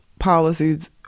policies